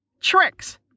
Tricks